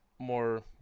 more